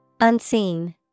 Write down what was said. Unseen